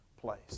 place